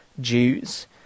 Jews